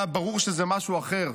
והיה ברור שזה משהו אחר,